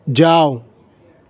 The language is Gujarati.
જાવ